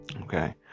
Okay